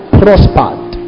prospered